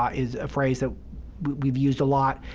um is a phrase that we've used a lot,